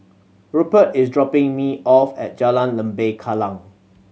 Rupert is dropping me off at Jalan Lembah Kallang